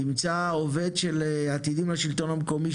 תמצא עובד מעתידים לשלטון המקומי,